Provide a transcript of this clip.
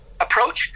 approach